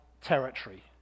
territory